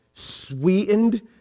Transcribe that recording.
sweetened